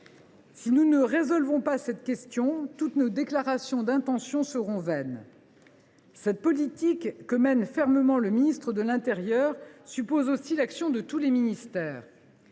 Si nous ne résolvons pas cette question, toutes nos déclarations d’intention seront vaines. « Cette politique, que mène fermement le ministre de l’intérieur, suppose aussi l’action de tous les ministères.